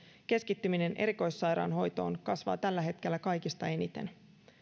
keskittyminen erikoissairaanhoitoon kasvaa tällä hetkellä kaikista eniten